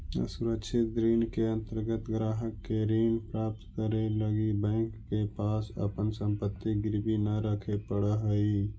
असुरक्षित ऋण के अंतर्गत ग्राहक के ऋण प्राप्त करे लगी बैंक के पास अपन संपत्ति गिरवी न रखे पड़ऽ हइ